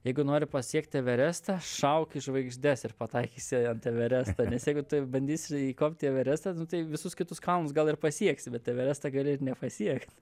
jeigu nori pasiekt everestą šauk į žvaigždes ir pataikysi ant everesto nes jeigu tu bandysi įkopt į everestą nu tai visus kitus kalnus gal ir pasieksi bet everestą gali ir nepasiekt